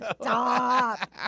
Stop